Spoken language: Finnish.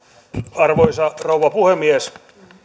arvoisa rouva puhemies